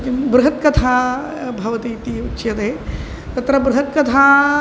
किं बृहत् कथा भवति इति उच्यते तत्र बृहत् कथा